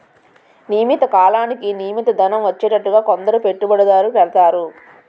నియమిత కాలానికి నియమిత ధనం వచ్చేటట్టుగా కొందరు పెట్టుబడులు పెడతారు